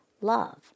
love